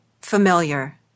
familiar